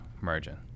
margin